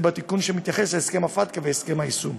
בתיקון שמתייחס להסכם FATCA והסכם היישום.